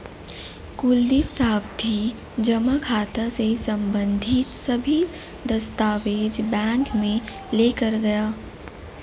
कुलदीप सावधि जमा खाता से संबंधित सभी दस्तावेज बैंक में लेकर गया